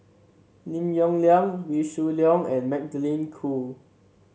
Lim Yong Liang Wee Shoo Leong and Magdalene Khoo